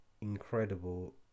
incredible